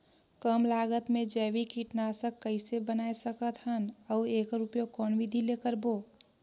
कम लागत मे जैविक कीटनाशक कइसे बनाय सकत हन अउ एकर उपयोग कौन विधि ले करबो?